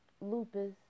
lupus